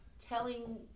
telling